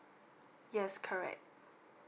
yes correct